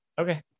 Okay